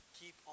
Keep